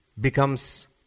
Becomes